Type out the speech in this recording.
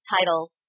titles